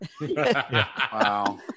Wow